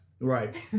Right